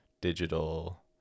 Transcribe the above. digital